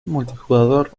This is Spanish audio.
multijugador